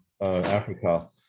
Africa